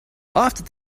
after